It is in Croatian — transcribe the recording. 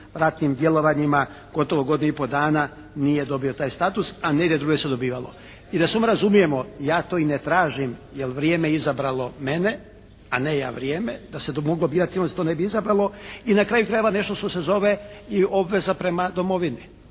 ratnim djelovanjima gotovo godinu i pol dana nije dobio taj status, a negdje drugdje se dobivalo. I da se odmah razumijemo, ja to i ne tražim jer vrijeme je izabralo mene, a ne ja vrijeme. Da se to moglo birati jednostavno se to ne bi izabralo i na kraju krajeva nešto što se zove i obveza prema domovini.